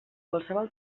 qualsevol